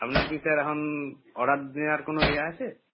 আপনার কি স্যার এখন অর্ডার নেওয়ার কোনো এ আছে